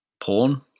porn